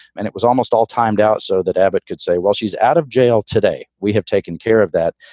and it was almost all timed out so that abbott could say, well, she's out of jail today. we have taken care of that.